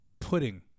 pudding